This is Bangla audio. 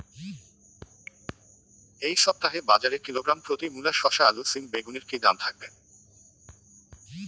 এই সপ্তাহে বাজারে কিলোগ্রাম প্রতি মূলা শসা আলু সিম বেগুনের কী দাম থাকবে?